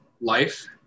life